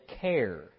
care